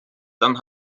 dann